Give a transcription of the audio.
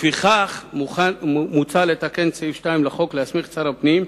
לפיכך מוצע לתקן את סעיף 2 לחוק ולהסמיך את שר הפנים,